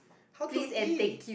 how to eat